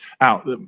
out